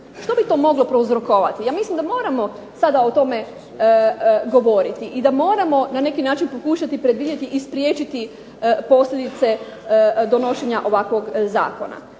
Što bi to moglo prouzrokovati? Ja mislim da moramo sada o tome govori i da moramo na neki način predvidjeti i spriječiti posljedice donošenja ovakvog zakona.